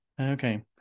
Okay